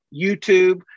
YouTube